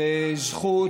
זו זכות,